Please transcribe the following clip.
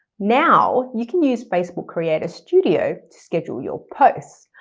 now, you can use facebook creator studio to schedule your posts.